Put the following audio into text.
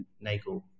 Nagel